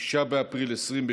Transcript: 6 באפריל 2020,